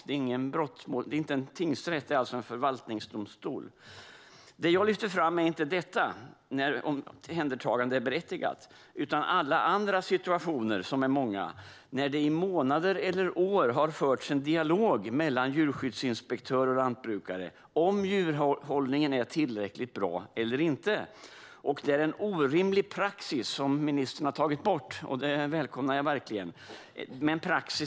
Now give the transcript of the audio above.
Det är alltså inte en tingsrätt utan en förvaltningsdomstol. Det jag lyfter fram är inte detta - när omhändertagande är berättigat - utan alla andra situationer, och de är många. Det handlar om att det i månader eller år har förts en dialog mellan djurskyddsinspektör och lantbrukare om huruvida djurhållningen är tillräckligt bra eller inte. Det har funnits en orimlig praxis som ministern och regeringen har tagit bort, vilket jag verkligen välkomnar.